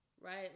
right